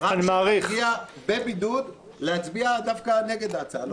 רם שפע הגיע מבידוד להצביע דווקא נגד ההצעה,